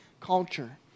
culture